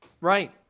Right